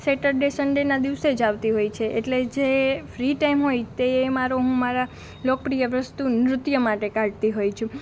Saturday સન્ડેના દિવસે જ આવતી હોઈ છે એટલે જે ફ્રી ટાઈમ હોઈએ હું મારો મારા લોકપ્રિય વસ્તુ નૃત્ય માટે કાઢતી હોઉં છું